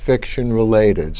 fiction related